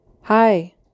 Hi